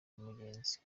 bagenzi